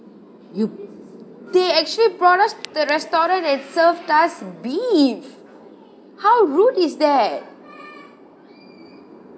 you they actually brought us to the restaurant and serve us beef how rude is that